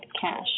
cash